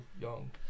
young